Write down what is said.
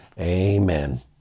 Amen